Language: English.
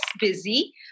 busy